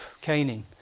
caning